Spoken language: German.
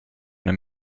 eine